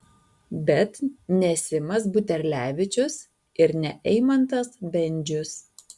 bet ne simas buterlevičius ir ne eimantas bendžius